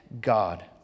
God